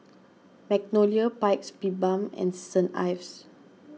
Magnolia Paik's Bibim and Saint Ives